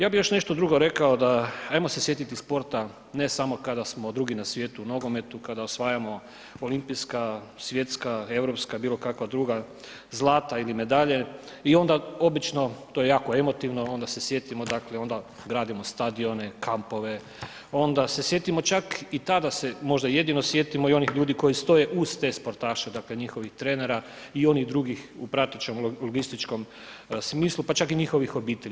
Ja bi još nešto drugo rekao da, ajmo se sjetiti sporta ne samo kada smo drugi na svijetu u nogometu, kada osvajamo olimpijska, svjetska, europska, bilo kakva druga zlata ili medalje i onda obično to je jako emotivno, onda se sjetimo, dakle onda gradimo stadione, kampove, onda se sjetimo čak i tada se možda jedino sjetimo i onih ljudi koji stoje uz te sportaše, dakle njihovih trenera i onih drugih u pratećem logističkom smislu, pa čak i njihovih obitelji.